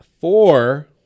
four